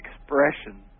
expression